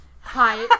Hi